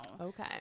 Okay